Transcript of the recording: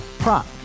Prop